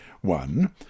One